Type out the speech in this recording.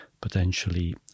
potentially